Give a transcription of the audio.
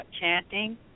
chanting